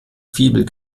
fibel